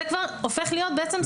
זה כבר הופך להיות סמכות פיקוח.